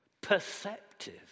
perceptive